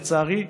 לצערי,